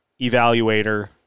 evaluator